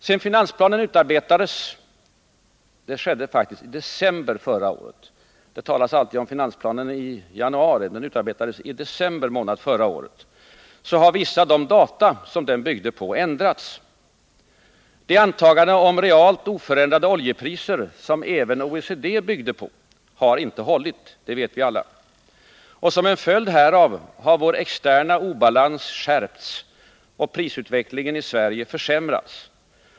Sedan finansplanen utarbetades — det skedde faktiskt i december månad förra året, även om man alltid talar om finansplanen i januari — har vissa av de data som den byggde på ändrats. Det antagande om realt oförändrade oljepriser som även OECD byggde på har inte hållit — det vet vi alla. Som en följd härav har vår externa obalans skärpts och prisutvecklingen i Sverige försämrats.